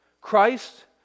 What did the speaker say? Christ